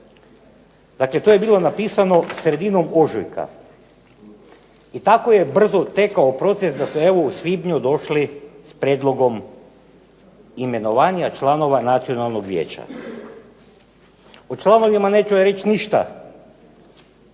Dakle, to je bilo napisano sredinom ožujka i tako je brzo tekao proces da ste evo u svibnju došli s prijedlogom imenovanja članova nacionalnog vijeća. O članovima neću reći ništa,